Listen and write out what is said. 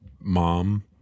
mom